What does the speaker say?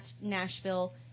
Nashville